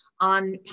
on